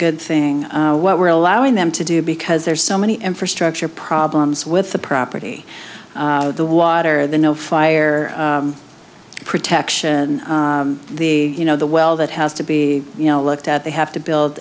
good thing what we're allowing them to do because there's so many infrastructure problems with the property the water the no fire protection the you know the well that has to be you know looked at they have to build